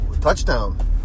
touchdown